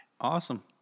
Awesome